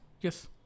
Yes